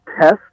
test